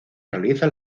realiza